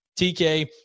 TK